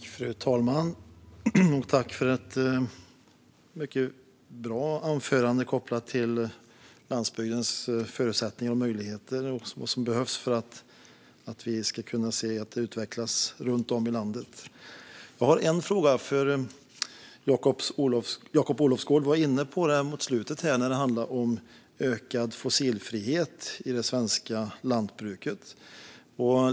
Fru talman! Jag vill tacka för ett mycket bra anförande kopplat till landsbygdens förutsättningar och möjligheter och vad som behövs för att vi ska kunna se att den utvecklas runt om landet. Jag har en fråga om det Jakob Olofsgård var inne på mot slutet: ökad fossilfrihet i det svenska lantbruket.